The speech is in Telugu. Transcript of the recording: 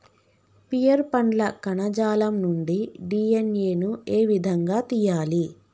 పియర్ పండ్ల కణజాలం నుండి డి.ఎన్.ఎ ను ఏ విధంగా తియ్యాలి?